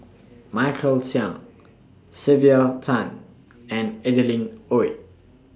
Michael Chiang Sylvia Tan and Adeline Ooi